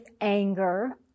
anger